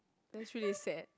that's really sad